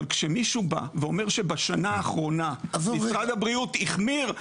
אבל כשמישהו בא ואומר שבשנה האחרונה משרד הבריאות החמיר,